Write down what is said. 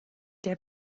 der